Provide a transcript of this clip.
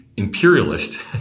Imperialist